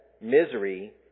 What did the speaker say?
misery